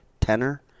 tenor